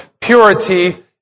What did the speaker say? purity